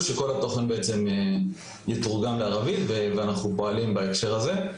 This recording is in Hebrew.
שכול התוכן בעצם יתורגם לערבית ואנחנו פועלים בהקשר הזה.